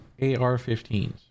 AR-15s